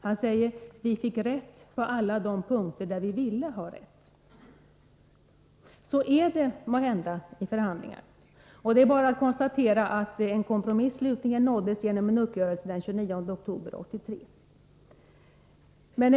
Han säger: ”Vi fick rätt på alla de punkter där vi ville ha rätt.” Så är det måhända vid förhandlingar, och det är bara att konstatera att en kompromiss slutligen nåddes genom en uppgörelse den 29 oktober 1983.